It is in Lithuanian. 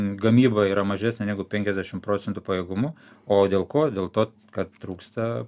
gamyba yra mažesnė negu penkiasdešim procentų pajėgumu o dėl ko dėl to kad trūksta